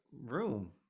room